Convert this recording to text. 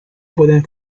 pueden